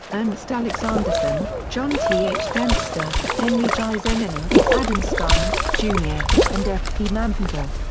ernst alexanderson, john t. h. dempster, henry geisenhoner, adam stein, jr, and f. p. mansbendel.